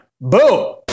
Boom